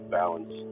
balance